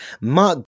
Mark